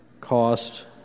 cost